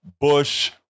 Bush